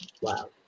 Wow